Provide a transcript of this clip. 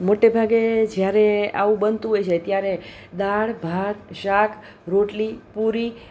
મોટે ભાગે જ્યારે આવું બનતું હોય છે ત્યારે દાળ ભાત શાક રોટલી પૂરી